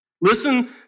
Listen